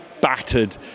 battered